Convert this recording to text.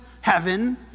heaven